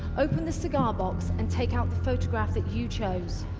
open the cigar box and take out the photograph that you chose